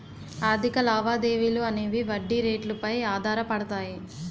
ఆర్థిక లావాదేవీలు అనేవి వడ్డీ రేట్లు పై ఆధారపడతాయి